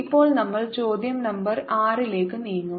ഇപ്പോൾ നമ്മൾ ചോദ്യം നമ്പർ 6 ലേക്ക് നീങ്ങും